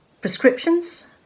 prescriptions